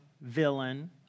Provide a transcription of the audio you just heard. villain